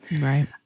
Right